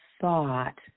thought